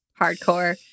Hardcore